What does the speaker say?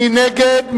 מי נגד?